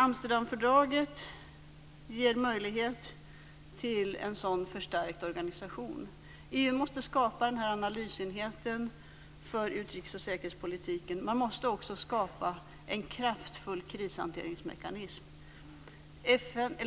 Amsterdamfördraget ger möjlighet till en sådan förstärkt organisation. EU måste skapa en analysenhet för utrikes och säkerhetspolitiken. Man måste också skapa en kraftfull krishanteringsmekanism.